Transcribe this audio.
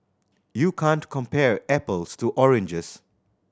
you can't compare apples to oranges